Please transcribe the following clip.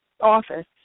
office